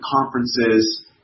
conferences